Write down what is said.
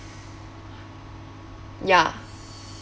ya